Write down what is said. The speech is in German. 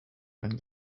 dann